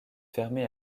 fermées